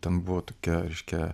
ten buvo tokia reiškia